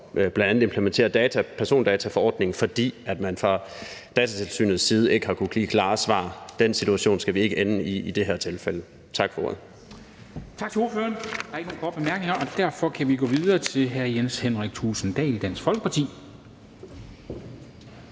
på at implementere persondataforordningen, fordi man fra Datatilsynets side ikke har kunnet give klare svar. Den situation skal vi ikke ende i i det her tilfælde. Tak for ordet.